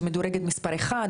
שמדורגת מספר 1,